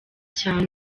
cyane